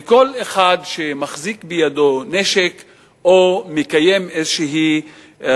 לכל אחד שמחזיק בידו נשק או מקיים איזו משימה